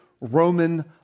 Roman